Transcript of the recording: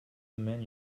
mène